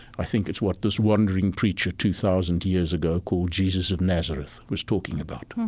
i think it's what this wandering preacher two thousand years ago called jesus of nazareth was talking about